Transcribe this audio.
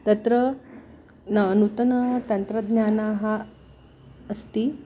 तत्र न नूतनतन्त्रज्ञानम् अस्ति